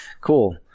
cool